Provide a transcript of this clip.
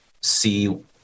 see